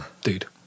dude